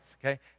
okay